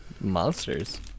Monsters